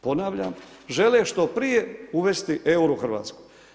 Ponavljam žele što prije uvesti euro u Hrvatsku.